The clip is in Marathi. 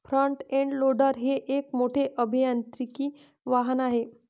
फ्रंट एंड लोडर हे एक मोठे अभियांत्रिकी वाहन आहे